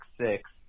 six